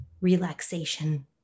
relaxation